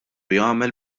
jagħmel